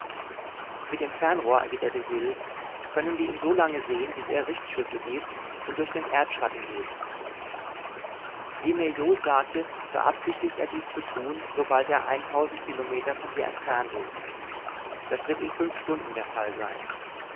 mit dem fernrohr erwiderte hil können wir ihn so lange sehen bis er richtschüsse gibt und durch den erdschatten geht wie mir jo sagte beabsichtigt er dies zu tun sobald er kilometer von hier entfernt ist das wird in fünf stunden der fall sein